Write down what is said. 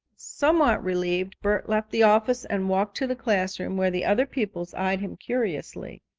somewhat relieved bert left the office and walked to the classroom, where the other pupils eyed him curiously.